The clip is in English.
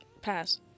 Pass